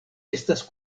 estas